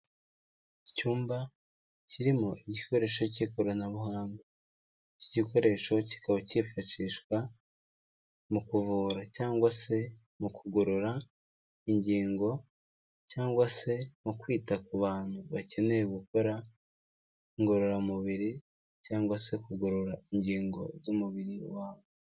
Icyumba kirimo igikoresho cy'ikoranabuhanga. Iki gikoresho kikaba cyifashishwa mu kuvura cyangwa se mu kugorora ingingo cyangwa se mu kwita ku bantu bakeneye gukora ingororamubiri cyangwa se kugorora ingingo z'umubiri wabo.